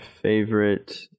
favorite